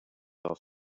off